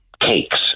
cakes